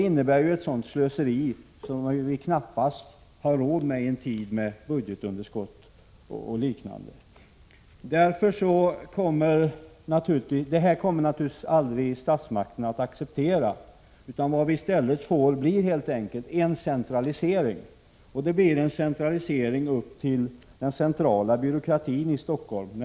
Detta skulle dock innebära ett slöseri som vi knappast har råd med i en tid med budgetunderskott osv. Något sådant kommer naturligtvis statsmakterna aldrig att acceptera, utan vi kommer i stället helt enkelt att få en centralisering av planeringen och beslutsfattandet till den centrala byråkratin i Stockholm.